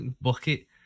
Bucket